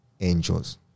angels